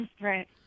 right